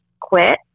quit